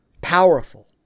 powerful